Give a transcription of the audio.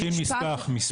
אז